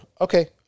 Okay